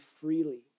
freely